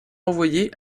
envoyé